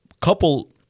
couple